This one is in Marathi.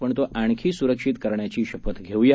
पण तो आणखी सुरक्षित करण्याची शपथ घेऊया